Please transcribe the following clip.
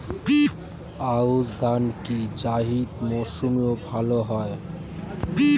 আউশ ধান কি জায়িদ মরসুমে ভালো হয়?